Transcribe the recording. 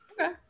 Okay